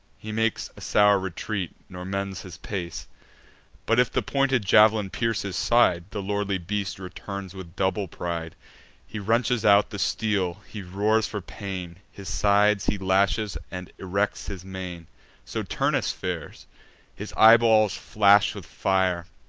he makes a sour retreat, nor mends his pace but, if the pointed jav'lin pierce his side, the lordly beast returns with double pride he wrenches out the steel, he roars for pain his sides he lashes, and erects his mane so turnus fares his eyeballs flash with fire,